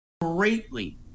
greatly